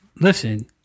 listen